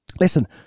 Listen